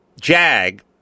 Jag